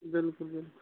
بِلکُل بِلکُل